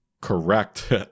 correct